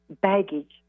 baggage